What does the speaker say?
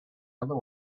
other